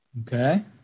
Okay